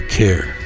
care